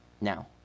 Now